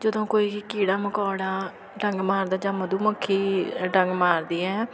ਜਦੋਂ ਕੋਈ ਕੀੜਾ ਮਕੌੜਾ ਡੰਗ ਮਾਰਦਾ ਜਾਂ ਮਧੂ ਮੱਖੀ ਅ ਡੰਗ ਮਾਰਦੀ ਹੈ